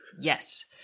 Yes